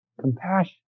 compassion